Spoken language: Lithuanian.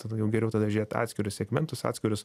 tada jau geriau tada žiūrėt atskirus segmentus atskirus